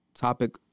topic